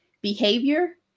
behavior